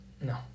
no